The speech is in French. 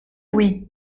oui